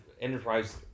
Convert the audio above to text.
enterprise